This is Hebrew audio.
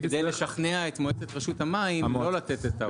כדי לשכנע את מועצת רשות המים לא לתת ההוראה.